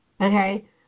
Okay